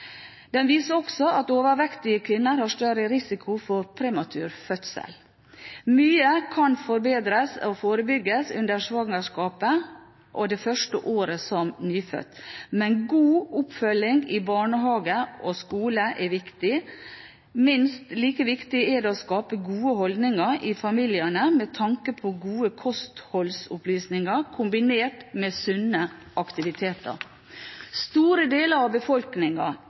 Den viser også at overvektige kvinner har større risiko for prematur fødsel. Mye kan forebygges under svangerskapet og i det første året som nyfødt, men god oppfølging i barnehage og skole er viktig. Minst like viktig er det å skape gode holdninger i familiene med tanke på gode kostholdsopplysninger, kombinert med sunne aktiviteter. Store deler av